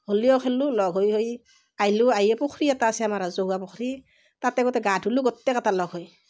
হলীও খেলিলোঁ লগ হৈ হৈ আহিলোঁ আহি আকৌ পুখুৰী এটা আছে আমাৰ ৰাজহুৱা পুখুৰী তাতে গোটেই গা ধুলোঁ গোটেইকেইটা লগ হৈ